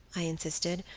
i insisted,